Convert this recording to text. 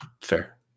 Fair